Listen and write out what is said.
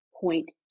point